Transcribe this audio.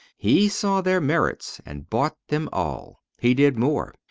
he saw their merits, and bought them all. he did more.